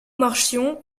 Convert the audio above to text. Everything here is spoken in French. marchions